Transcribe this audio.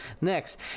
next